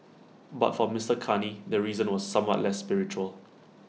but for Mister Carney the reason was somewhat less spiritual